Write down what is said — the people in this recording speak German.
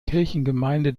kirchengemeinde